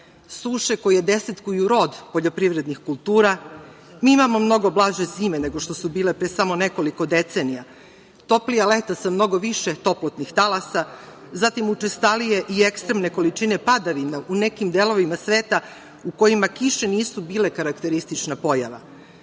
suše koje desetkuju rod poljoprivrednih kultura. Mi imamo mnogo blaže zime nego što su bile pre samo nekoliko decenija, toplija leta sa mnogo više toplotnih talasa, zatim učestalije i ekstremne količine padavina u nekim delovima sveta u kojima kiše nisu bile karakteristična pojava,